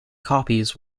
copies